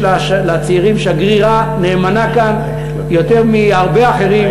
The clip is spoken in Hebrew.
לצעירים שגרירה נאמנה כאן יותר מהרבה אחרים,